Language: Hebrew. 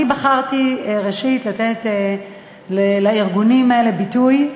אני בחרתי, ראשית, לתת לארגונים האלה ביטוי,